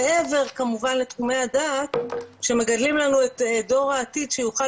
מעבר כמובן לתחומי הדעת שמגלים לנו את דור העתיד שיוכל